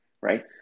right